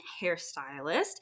hairstylist